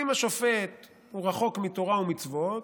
אם השופט רחוק מתורה ומצוות,